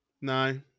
No